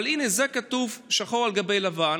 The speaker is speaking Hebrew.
אבל הינה, זה כתוב שחור על גבי לבן